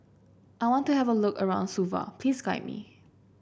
I want to have a look around Suva please guide me